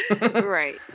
Right